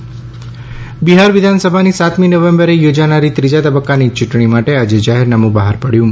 બિહાર ચૂંટણી બિહાર વિધાનસભાની સાતમી નવેમ્બરે થોજાનારી ત્રીજા તબક્કાની ચૂંટણી માટે આજે જાહેરનામું બહાર પડયું